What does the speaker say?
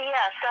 Yes